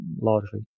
largely